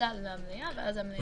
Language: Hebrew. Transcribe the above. הוועדה למליאה.